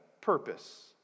purpose